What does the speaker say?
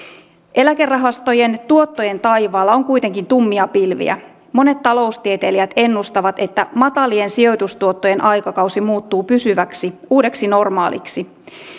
eläkerahastojen tuottojen taivaalla on kuitenkin tummia pilviä monet taloustieteilijät ennustavat että matalien sijoitustuottojen aikakausi muuttuu pysyväksi uudeksi normaaliksi